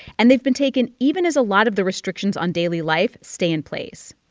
and they've been taken even as a lot of the restrictions on daily life stay in place.